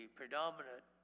predominant